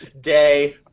day